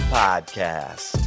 podcast